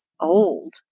old